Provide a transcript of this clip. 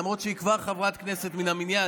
למרות שהיא כבר חברת כנסת מן המניין.